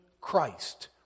Christ